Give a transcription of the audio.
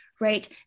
right